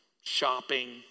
shopping